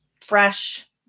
fresh